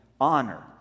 honor